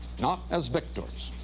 not as victims,